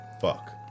Fuck